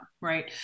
right